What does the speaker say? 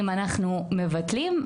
אם אנחנו מבטלים,